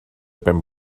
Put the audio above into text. ben